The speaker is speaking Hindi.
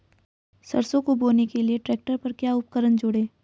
सरसों को बोने के लिये ट्रैक्टर पर क्या उपकरण जोड़ें?